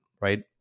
Right